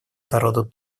народу